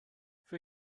für